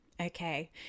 Okay